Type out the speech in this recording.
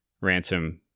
Ransom